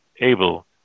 able